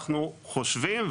אנחנו חושבים,